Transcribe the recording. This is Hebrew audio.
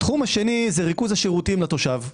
התחום השני זה ריכוז השירותים לתושב.